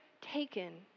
taken